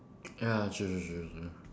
ya true true true true